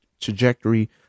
trajectory